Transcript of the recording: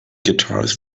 guitarist